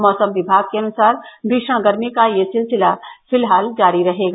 मौसम विभाग के अनुसार भीशण गर्मी का यह सिलसिला फिलहाल जारी रहेगा